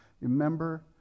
remember